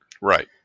Right